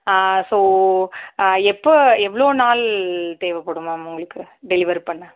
so எப்போ எவ்வளோ நாள் தேவைப்படும் மேம் உங்களுக்கு டெலிவர் பண்ண